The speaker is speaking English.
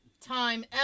time